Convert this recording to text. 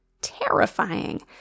terrifying